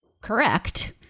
correct